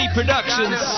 Productions